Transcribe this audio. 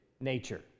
nature